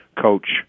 coach